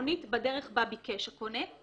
חשבונית בדרך בה ביקש הקונה.